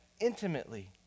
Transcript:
intimately